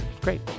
Great